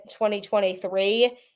2023